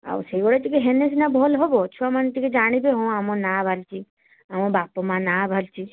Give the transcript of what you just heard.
ଆଉ ସେହିଭଳିଆ ଟିକିଏ ହେନେ ସିନା ଭଲ ହେବ ଛୁଆମାନେ ଟିକିଏ ଜାଣିବେ ହଁ ଆମ ନାଁ ବାହାରିଛି ଆମ ବାପ ମା ନାଁ ବାହାରିଛି